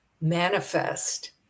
manifest